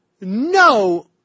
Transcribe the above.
no